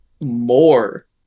more